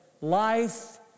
life